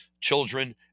children